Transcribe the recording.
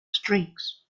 streaks